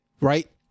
right